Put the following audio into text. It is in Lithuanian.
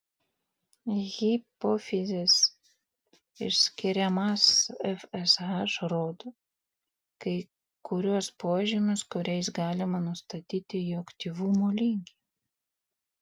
hipofizės išskiriamas fsh rodo kai kuriuos požymius kuriais galima nustatyti jo aktyvumo lygį